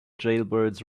jailbirds